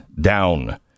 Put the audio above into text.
down